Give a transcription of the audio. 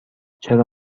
چرا